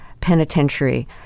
penitentiary